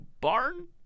barn